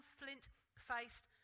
flint-faced